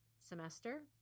semester